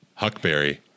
Huckberry